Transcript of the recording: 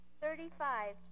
Thirty-five